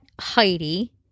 Heidi